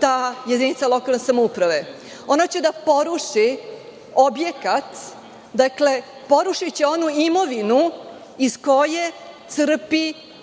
ta jedinica lokalne samouprave? Ona će da poruši objekat, porušiće onu imovinu iz koje crpi